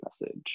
message